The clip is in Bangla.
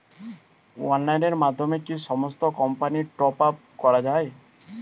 অনলাইনের মাধ্যমে কি সমস্ত কোম্পানির টপ আপ করা যায়?